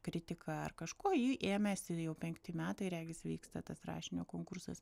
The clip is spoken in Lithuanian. kritika ar kažkuo ji ėmėsi jau penkti metai regis vyksta tas rašinio konkursas